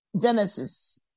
Genesis